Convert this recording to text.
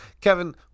Kevin